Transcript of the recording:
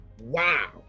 wow